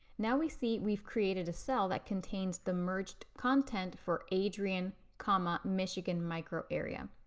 now we see we've created a cell that contains the merged content for adrian comma michigan micro area.